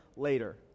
later